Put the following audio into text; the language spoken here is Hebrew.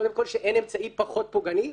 שאין אמצעי פחות פוגעני,